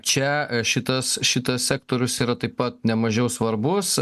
čia šitas šitas sektorius yra taip pat nemažiau svarbus